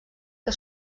que